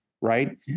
right